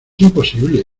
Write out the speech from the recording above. imposible